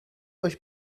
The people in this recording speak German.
euch